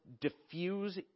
diffuse